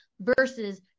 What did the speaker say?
versus